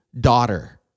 daughter